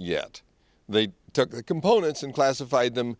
yet they took the components and classified them